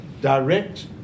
direct